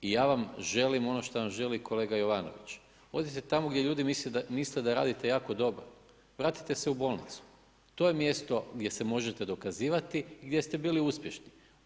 I ja vam želim ono što vam želi kolega Jovanović, odite tamo gdje ljudi misle da radite jako dobro, vratite se u bolnicu, to je mjesto gdje se možete dokazivati gdje ste bili uspješni.